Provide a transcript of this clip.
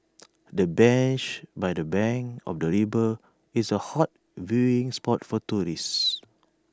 the bench by the bank of the river is A hot viewing spot for tourists